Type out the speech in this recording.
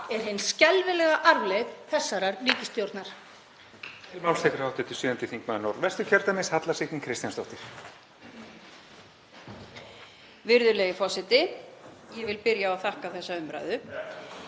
er hin skelfilega arfleifð þessarar ríkisstjórnar.